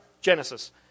Genesis